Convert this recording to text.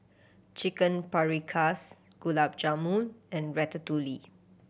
Chicken Paprikas Gulab Jamun and Ratatouille